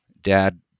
dad